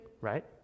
right